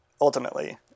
ultimately